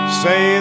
say